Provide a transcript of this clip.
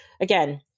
again